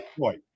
Right